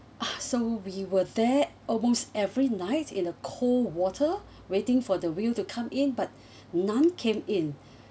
so we were there almost every night in a cold water waiting for the whale to come in but none came in